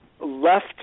left